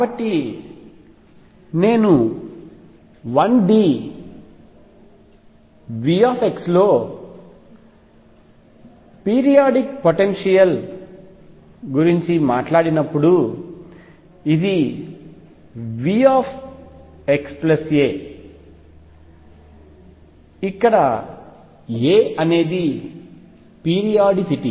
కాబట్టి నేను 1D V లో పీరియాడిక్పొటెన్షియల్ గురించి మాట్లాడినప్పుడు ఇది V xa ఇక్కడ a అనేది పీరియాడిసిటీ